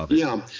ah yeah.